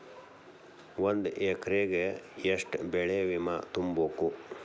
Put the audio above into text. ಒಂದ್ ಎಕ್ರೆಗ ಯೆಷ್ಟ್ ಬೆಳೆ ಬಿಮಾ ತುಂಬುಕು?